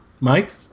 Mike